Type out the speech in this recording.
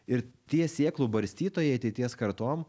ir tie sėklų barstytojai ateities kartom